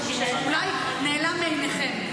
שאולי נעלם מעיניכם.